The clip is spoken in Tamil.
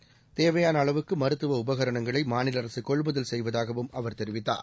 செகண்ட்ஸ் தேவையான அளவுக்கு மருத்துவ உபகரணங்களை மாநில அரசு கொள்முதல் செய்வதாகவும் அவர் கெரிவிக்கார்